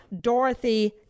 Dorothy